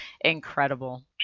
incredible